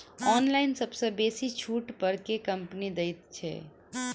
Online सबसँ बेसी छुट पर केँ कंपनी दइ छै?